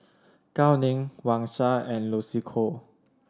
Gao Ning Wang Sha and Lucy Koh